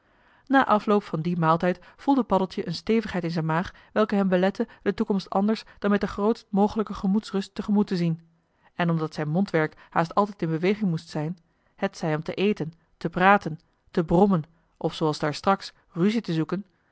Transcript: na afloop van dien maaltijd voelde paddeltje een stevigheid in zijn maag welke hem belette de toekomst anders dan met de grootst mogelijke gemoedsrust tegemoet te zien en omdat zijn mondwerk haast altijd in beweging moest zijn hetzij om te eten te praten te brommen of zooals daarstraks ruzie te zoeken